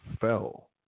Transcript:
fell